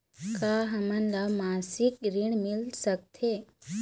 का हमन ला मासिक ऋण मिल सकथे?